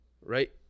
right